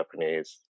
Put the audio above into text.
Japanese